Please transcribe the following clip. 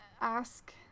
ask